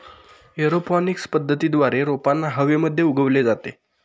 aeroponics पद्धतीद्वारे रोपांना हवेमध्ये उगवले जाते